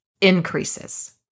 increases